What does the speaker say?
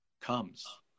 comes